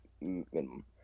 minimum